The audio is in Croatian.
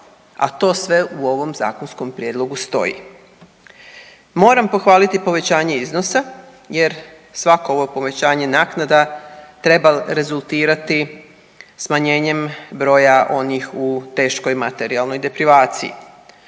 a to sve u ovom zakonskom prijedlogu stoji. Moram pohvaliti povećanje iznosa jer svako ovo povećanje naknada treba rezultirati smanjenjem broja onih u teškoj materijalnoj deprivaciji.